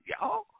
y'all